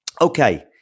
Okay